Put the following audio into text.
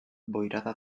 boirada